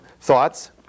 thoughts